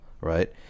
right